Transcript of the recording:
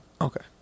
Okay